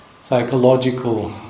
psychological